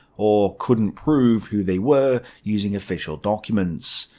or couldn't prove who they were using official documents.